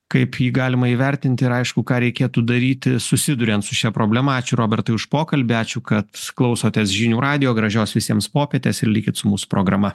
kaip jį galima įvertinti ir aišku ką reikėtų daryti susiduriant su šia problema ačiū robertai už pokalbį ačiū kad klausotės žinių radijo gražios visiems popietės ir likit su mūsų programa